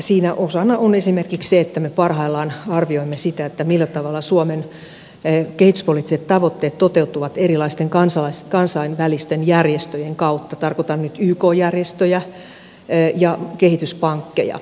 siinä osana on esimerkiksi se että me parhaillaan arvioimme sitä millä tavalla suomen kehityspoliittiset tavoitteet toteutuvat erilaisten kansainvälisten järjestöjen kautta tarkoitan nyt yk järjestöjä ja kehityspankkeja